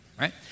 right